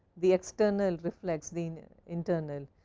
the external reflects the internal,